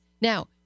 now